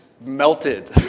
melted